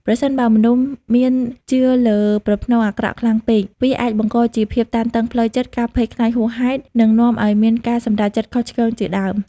ប្រសិនបើមនុស្សមានជឿលើប្រផ្នូលអាក្រក់ខ្លាំងពេក វាអាចបង្កជាភាពតានតឹងផ្លូវចិត្ត ការភ័យខ្លាចហួសហេតុ និងនាំឱ្យមានការសម្រេចចិត្តខុសឆ្គងជាដើម។